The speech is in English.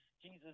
Jesus